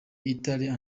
italian